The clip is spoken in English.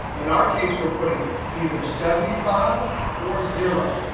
in our case, we're putting either seventy five or zero.